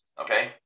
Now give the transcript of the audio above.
okay